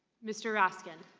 mr. roth? like and